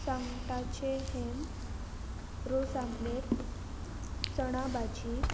सांगटाचें हेम रोस आमलेट चणा भाजी